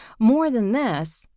more than this,